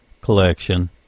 collection